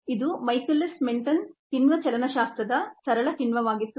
ಇದು Michaelis Menten ಕಿಣ್ವ ಚಲನಶಾಸ್ತ್ರದ ಸರಳ ಕಿಣ್ವವಾಗಿತ್ತು